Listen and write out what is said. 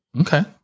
Okay